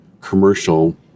commercial